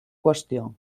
qüestió